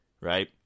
right